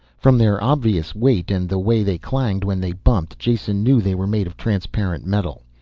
from their obvious weight and the way they clanged when they bumped, jason knew they were made of transparent metal.